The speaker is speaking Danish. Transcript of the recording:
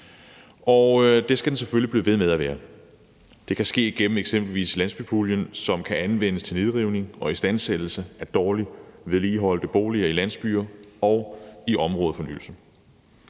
og det skal den selvfølgelig blive ved med at være. Det kan ske igennem eksempelvis landsbypuljen, som kan anvendes til nedrivning og istandsættelse af dårligt vedligeholdte boliger i landsbyer og til områdefornyelse.